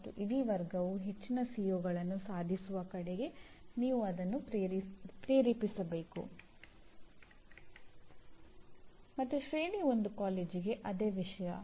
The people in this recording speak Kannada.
ಮತ್ತು ಇಡಿ ವರ್ಗವು ಹೆಚ್ಚಿನ ಸಿಒಗಳನ್ನು ಸಾಧಿಸುವ ಕಡೆಗೆ ನೀವು ಅವರನ್ನು ಪ್ರೇರೆಪಿಸಬೇಕು ಮತ್ತು ಶ್ರೇಣಿ 1 ಕಾಲೇಜಿಗೆ ಅದೇ ವಿಷಯ